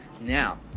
Now